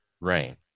rain